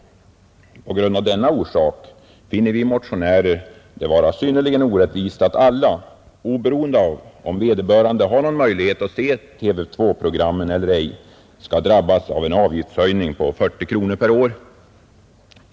Av denna orsak finner vi motionärer det vara synnerligen orättvist att alla — oberoende av om vederbörande har någon möjlighet att se TV 2-programmen eller ej — skall drabbas av en avgiftshöjning på 40 kronor per år.